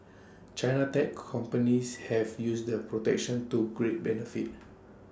China's tech companies have used the protection to great benefit